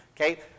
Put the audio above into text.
Okay